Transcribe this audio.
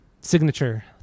signature